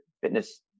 fitness